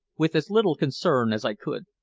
with as little concern as i could.